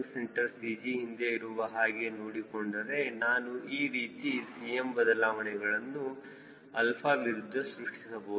c CG ಹಿಂದೆ ಇರುವ ಹಾಗೆ ನೋಡಿಕೊಂಡರೆ ನಾನು ಈ ರೀತಿ Cm ಬದಲಾವಣೆಗಳನ್ನು 𝛼 ವಿರುದ್ಧ ಸೃಷ್ಟಿಸಬಹುದು